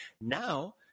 Now